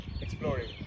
exploring